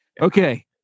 Okay